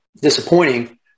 disappointing